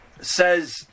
says